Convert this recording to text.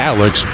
Alex